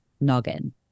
noggin